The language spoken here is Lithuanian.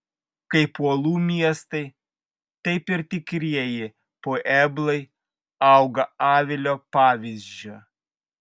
kaip uolų miestai taip ir tikrieji pueblai auga avilio pavyzdžiu